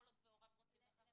כל עוד הוריו רוצים בכך?